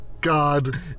God